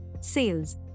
sales